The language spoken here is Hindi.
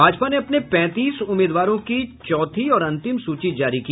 भाजपा ने अपने पैंतीस उम्मीदवारों की चौथी और अंतिम सूची जारी की